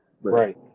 Right